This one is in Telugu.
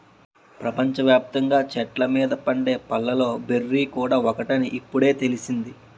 ప్రపంచ వ్యాప్తంగా చెట్ల మీద పండే పళ్ళలో బెర్రీ కూడా ఒకటని ఇప్పుడే తెలిసింది